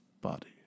body